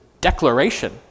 declaration